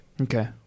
Okay